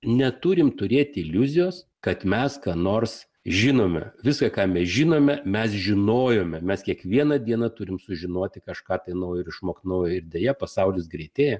neturim turėti iliuzijos kad mes ką nors žinome viską ką mes žinome mes žinojome mes kiekvieną dieną turim sužinoti kažką naujo ir išmokti naują ir deja pasaulis greitėja